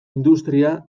industria